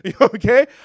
Okay